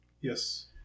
Yes